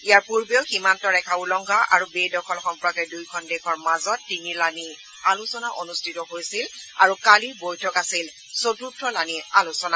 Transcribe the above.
ইয়াৰ পূৰ্বেও সীমান্ত ৰেখা উলংঘা আৰু বেদখল সম্পৰ্কে দুয়োখন দেশৰ মাজত তিনি লানি আলোচনা অনুষ্ঠিত হৈছে আৰু কালিৰ বৈঠক আছিল চতুৰ্থলানি আলোচনা